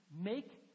make